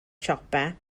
siopau